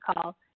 call